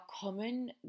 common